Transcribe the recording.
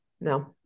No